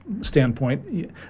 standpoint